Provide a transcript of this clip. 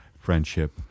friendship